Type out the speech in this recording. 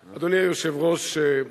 היושב-ראש,